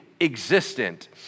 existent